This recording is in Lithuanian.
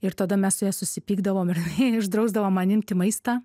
ir tada mes susipykdavom ir uždrausdavo man imti maistą